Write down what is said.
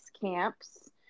camps